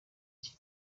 iki